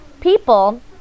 people